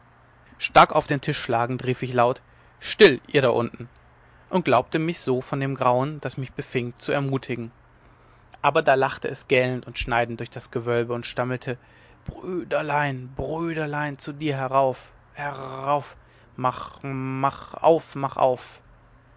stark auf dem tisch schlagend rief ich laut still ihr da drunten und glaubte mich so von dem grauen das mich befing zu ermutigen aber da lachte es gellend und schneidend durch das gewölbe und stammelte brü der lein brü der lein zu dir her auf herauf ma mach auf mach auf